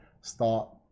start